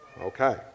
Okay